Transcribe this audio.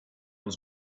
its